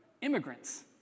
immigrants